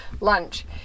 lunch